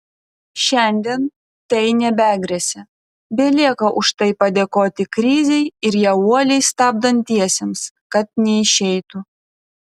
šiandien tai nebegresia belieka už tai padėkoti krizei ir ją uoliai stabdantiesiems kad neišeitų